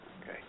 Okay